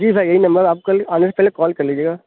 جی بھائی یہی نمبر ہے آپ کل آنے سے پہلے کال کر لیجیے گا